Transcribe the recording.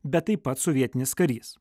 bet taip pat sovietinis karys